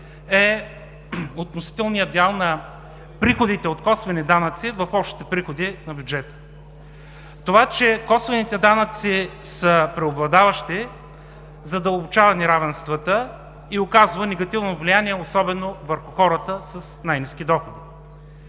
е относителният дял на приходите от косвени данъци в общите приходи на бюджета. Това че косвените данъци са преобладаващи, задълбочава неравенствата и оказва негативно влияние особено върху хората с най-ниски доходи.